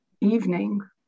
evening